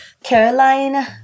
Caroline